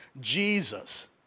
Jesus